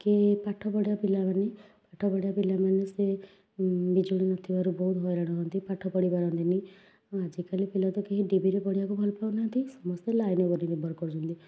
କି ପାଠ ପଢ଼ିବା ପିଲାମାନେ ପାଠ ପଢ଼ିବା ପିଲାମାନେ ସେ ବିଜୁଳି ନ ଥିବାରୁ ବହୁତ ହଇରାଣ ହୁଅନ୍ତି ପାଠ ପଢ଼ି ପାରନ୍ତିନି ଆଜିକାଲି ପିଲା ତ କେହି ଡିବିରେ ପଢ଼ିବାକୁ ଭଲ ପାଉନାହାଁନ୍ତି ସମସ୍ତେ ଲାଇନ୍ ଉପରେ ନିର୍ଭର କରୁଛନ୍ତି